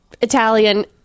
italian